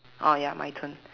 oh ya my turn